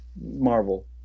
Marvel